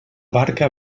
barca